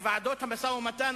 בוועדות המשא-ומתן,